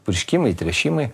purškimai tręšimai